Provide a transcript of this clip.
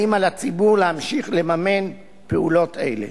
האם על הציבור להמשיך לממן פעולות אלה.